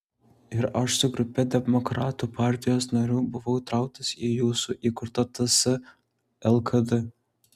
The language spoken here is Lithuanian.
ir aš su grupe demokratų partijos narių buvau įtrauktas į jūsų įkurtą ts lkd